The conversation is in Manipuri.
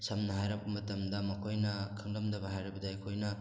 ꯁꯝꯅ ꯍꯥꯏꯔꯛꯄ ꯃꯇꯝꯗ ꯃꯈꯣꯏꯅ ꯈꯪꯂꯝꯗꯕ ꯍꯥꯏꯔꯕꯗꯤ ꯑꯩꯈꯣꯏꯅ